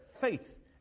faith